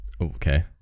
Okay